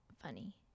funny